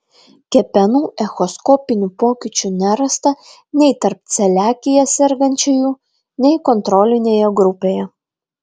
kepenų echoskopinių pokyčių nerasta nei tarp celiakija sergančiųjų nei kontrolinėje grupėje